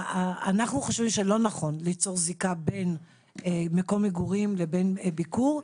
אנחנו חושבים שלא נכון ליצור זיקה בין מקום מגורים לבין ביקור.